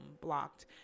blocked